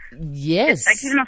Yes